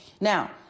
Now